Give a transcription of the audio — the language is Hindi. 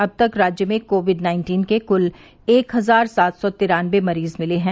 अब तक राज्य में कोविड नाइन्टीन के कुल एक हजार सात सौ तिरानबे मरीज मिले हैं